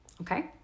Okay